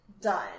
done